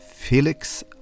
Felix